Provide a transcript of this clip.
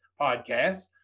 podcasts